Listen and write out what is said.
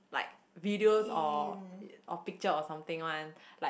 like videos or or picture or something one like